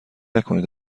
نکنید